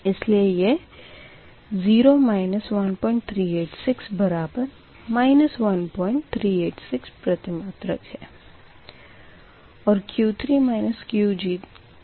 इसलिए यह 0 1386 बराबर 1386 प्रतिमात्रक है